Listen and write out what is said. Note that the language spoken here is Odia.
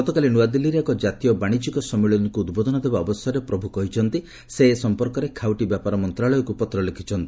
ଗତକାଲି ନୂଆଦିଲ୍ଲୀରେ ଏକ ଜାତୀୟ ବାଶିଜ୍ୟିକ ସମ୍ମିଳନୀକୁ ଉଦ୍ବୋଧନ ଦେବା ଅବସରରେ ପ୍ରଭୁ କହିଛନ୍ତି ସେ ଏ ସମ୍ପର୍କରେ ଖାଉଟି ବ୍ୟାପାର ମନ୍ତ୍ରଣାଳୟକୁ ପତ୍ର ଲେଖିଛନ୍ତି